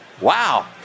wow